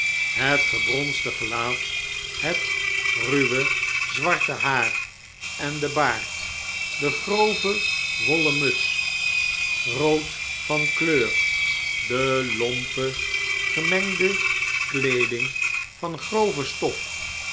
het gebronsde gelaat het ruwe zwarte haar en de baard de grove wollen muts rood van kleur delompe gemengde kleeding van grove stof